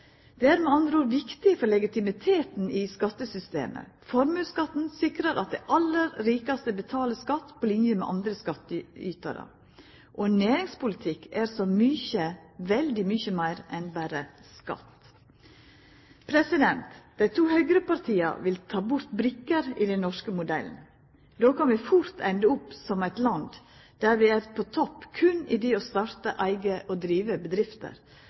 Det er med andre ord viktig for legitimiteten i skattesystemet. Formuesskatten sikrar at dei aller rikaste betaler skatt på line med andre skattytarar. Og næringspolitikk er så veldig mykje meir enn berre skatt. Dei to høgrepartia vil ta bort brikker i den norske modellen. Då kan vi fort enda opp som eit land der vi er på topp berre i det å starta eigne bedrifter og å driva bedrifter,